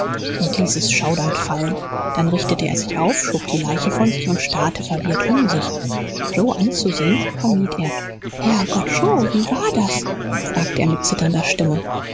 und ließ es schaudernd fallen dann richtete er sich auf schob die leiche von sich und starrte verwirrt um sich joe anzusehen vermied er herr gott joe wie war das sagte er mit zitternder stimme